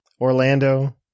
Orlando